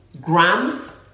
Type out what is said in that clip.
grams